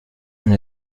and